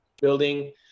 building